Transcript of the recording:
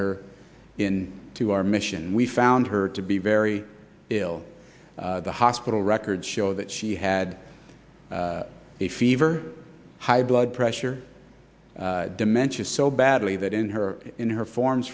her in to our mission we found her to be very ill the hospital records show that she had a fever high blood pressure dementia so badly that in her in her forms